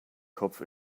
kopf